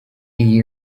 iyi